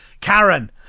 Karen